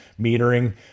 metering